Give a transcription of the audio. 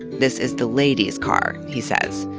this is the ladies car, he says,